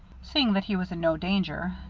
seeing that he was in no danger,